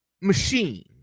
machine